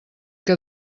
que